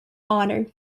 honor